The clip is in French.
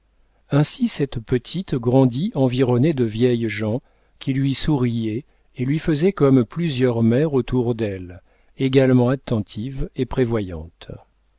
ainsi cette petite grandit environnée de vieilles gens qui lui souriaient et lui faisaient comme plusieurs mères autour d'elle également attentives et prévoyantes